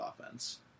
offense